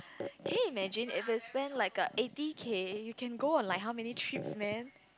can you imagine if you spend like a eighty K you can go on how many trips man